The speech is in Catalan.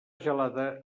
gelada